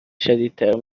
شدیدتر